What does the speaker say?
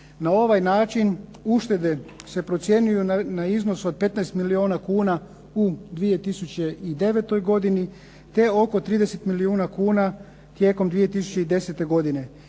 Na ovaj način uštede se procjenjuju na iznos od 15 milijona kuna u 2009. godini, te oko 30 milijuna kuna tijekom 2010. godine.